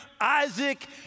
Isaac